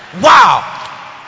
Wow